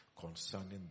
concerning